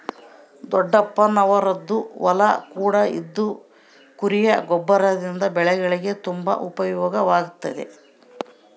ದೊಡ್ಡಪ್ಪನವರದ್ದು ಹೊಲ ಕೂಡ ಇದ್ದು ಕುರಿಯ ಗೊಬ್ಬರದಿಂದ ಬೆಳೆಗಳಿಗೆ ತುಂಬಾ ಉಪಯೋಗವಾಗುತ್ತಿದೆ